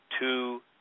two